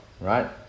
right